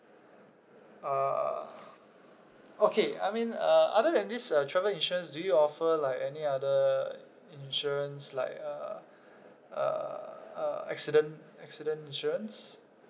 uh okay I mean uh other than this uh travel insurance do you offer like any other insurance like uh uh uh accident accident insurance